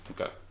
Okay